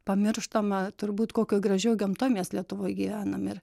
pamirštama turbūt kokioj gražioj gamtoj mes lietuvoj gyvenam ir